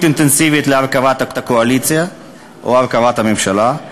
אינטנסיבית להרכבת הקואליציה או להרכבת הממשלה,